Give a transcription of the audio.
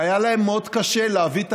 והיה להם מאוד קשה להביא את